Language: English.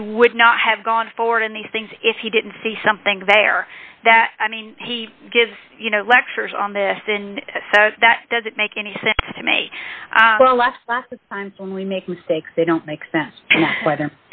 he would not have gone forward in these things if he didn't see something there that i mean he gives you no lectures on this and so that doesn't make any sense to me well as lots of times when we make mistakes they don't make sense whether